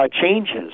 changes